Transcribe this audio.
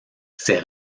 ces